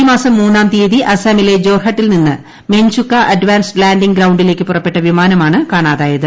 ഈ മാസംമൂന്നാം തീയതി അസ്സമിലെ ജോർഹട്ടിൽ നിന്ന് മെൻചുക അഡ്വാൻസ്ഡ് ലാൻഡിങ് ഗ്രൌണ്ടിലേക്ക് പുറപ്പെട്ട വിമാനമാണ് കാണാതായത്